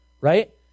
Right